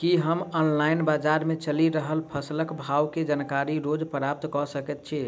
की हम ऑनलाइन, बजार मे चलि रहल फसलक भाव केँ जानकारी रोज प्राप्त कऽ सकैत छी?